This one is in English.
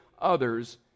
others